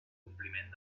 compliment